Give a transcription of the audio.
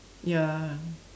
ya